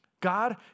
God